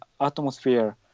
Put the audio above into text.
atmosphere